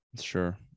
Sure